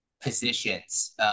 positions